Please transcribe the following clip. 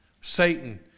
Satan